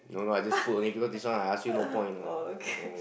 oh okay